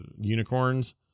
unicorns